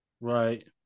Right